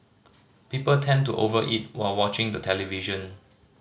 people tend to over eat while watching the television